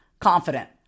confident